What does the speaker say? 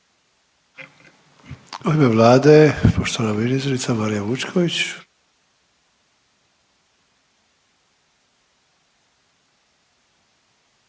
U ime Vlade poštovana ministrica Marija Vučković,